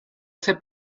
ese